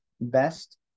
best